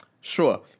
Sure